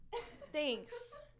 Thanks